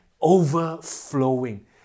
overflowing